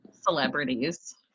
celebrities